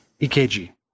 EKG